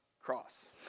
cross